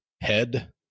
head